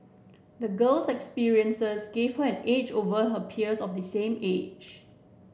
the girl's experiences gave her an edge over her peers of the same age